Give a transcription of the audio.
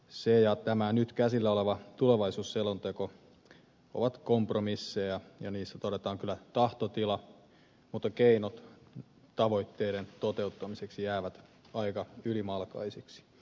se ja tämä nyt käsillä oleva tulevaisuusselonteko ovat kompromisseja ja niissä todetaan kyllä tahtotila mutta keinot tavoitteiden toteuttamiseksi jäävät aika ylimalkaisiksi